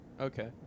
Okay